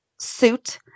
suit